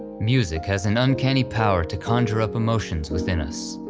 music has an uncanny power to conjure up emotions within us,